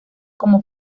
como